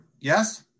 Yes